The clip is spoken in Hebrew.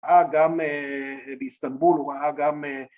האגם באיסטנבול הוא האגם